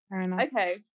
okay